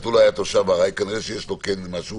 לא היה תושב ארעי כנראה שיש לו כן משהו.